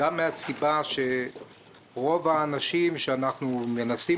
גם מהסיבה שרוב האנשים שאנחנו מנסים